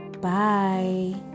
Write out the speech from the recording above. Bye